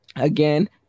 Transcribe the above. Again